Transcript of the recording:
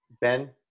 Ben